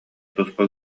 туспа